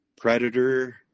Predator